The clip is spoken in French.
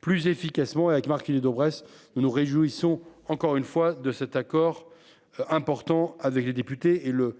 plus efficacement avec Marc il est Daubresse. Nous nous réjouissons, encore une fois, de cet accord important avec les députés et le.